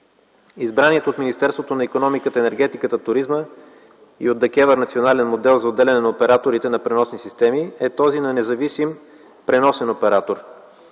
Избраният от Министерството на икономиката, енергетиката и туризма и от ДКЕВР национален модел за отделяне на операторите на преносни системи е този на независим преносен оператор.